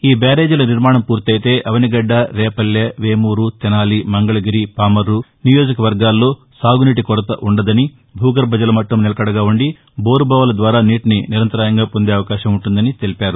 ఈ బ్యారేజీల నిర్మాణం పూర్తయితే అవనిగడ్ల రేపల్లె వేమూరు తెనాలి మంగళగిరి పామర్రు నియోజక వర్గాల్లో సాగునీటికొరత ఉండదని భూగర్బజల మట్లం నిలకడగా ఉండి బోరుబావుల ద్వారా నీటిని నిరంతరాయంగా పొందే అవకాశం ఉంటుందని తెలిపారు